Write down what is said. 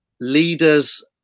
leaders